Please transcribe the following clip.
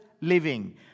living